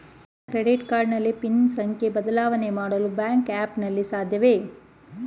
ನನ್ನ credit card PIN ಸಂಖ್ಯೆ ಬದಲಾವಣೆ ಮಾಡಲು ಬ್ಯಾಂಕ್ ಆ್ಯಪ್ ನಲ್ಲಿ ಸಾಧ್ಯವೇ?